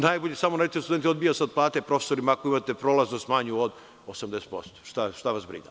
Najbolje samo dajte studentima – odbija se od plate profesorima ako imate prolaznost manju od 80%, šta vas briga.